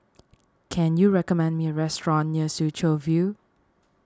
can you recommend me a restaurant near Soo Chow View